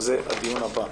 על זה הדיון הבא.